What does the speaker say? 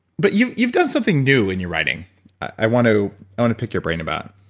but you've you've done something new in your writing i want to want to pick your brain about.